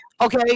okay